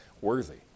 worthy